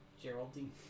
Geraldine